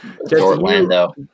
Orlando